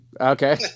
okay